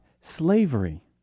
Slavery